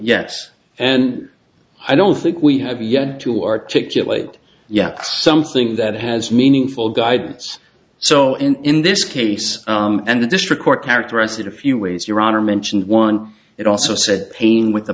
yes and i don't think we have yet to articulate yeah something that has meaningful guidance so in this case and the district court characterize it a few ways your honor mentioned one it also said pain with the